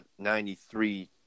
93